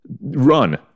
run